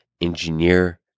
Engineer